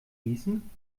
gießen